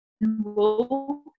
wool